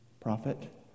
prophet